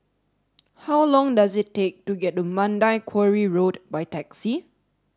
how long does it take to get to Mandai Quarry Road by taxi